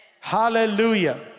Hallelujah